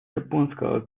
японского